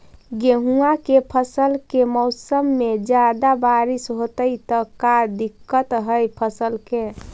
गेहुआ के फसल के मौसम में ज्यादा बारिश होतई त का दिक्कत हैं फसल के?